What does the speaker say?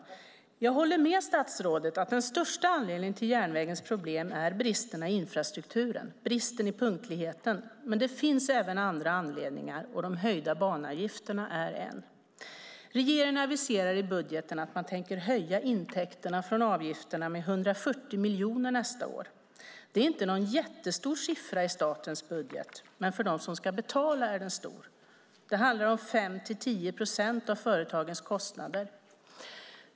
Jag håller med statsrådet om att den största anledningen till järnvägens problem är bristerna i infrastrukturen och bristen i punktlighet. Men det finns även andra anledningar, och de höjda banavgifterna är en. Regeringen aviserar i budgeten att man tänker höja intäkterna från avgifterna med 140 miljoner nästa år. Det är inte någon jättestor siffra i statens budget, men för dem som ska betala är den stor. Det handlar om 5-10 procent av företagens kostnader.